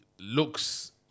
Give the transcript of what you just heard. Looks